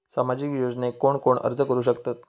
सामाजिक योजनेक कोण कोण अर्ज करू शकतत?